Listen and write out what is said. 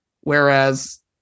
whereas